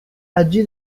allí